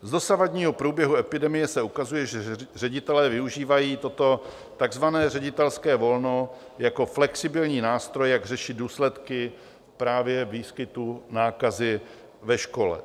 Z dosavadního průběhu epidemie se ukazuje, že ředitelé využívají toto takzvané ředitelské volno jako flexibilní nástroj, jak řešit právě důsledky výskytu nákazy ve škole.